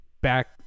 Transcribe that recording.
back